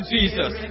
Jesus